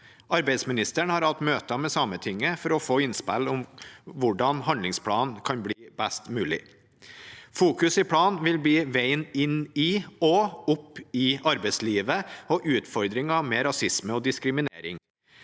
Arbeidsministeren har hatt møter med Sametinget for å få innspill til hvordan handlingsplanen kan bli best mulig. Fokuset i planen vil bli veien inn i og opp i arbeidslivet og utfordringer med rasisme og diskriminering.